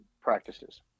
practices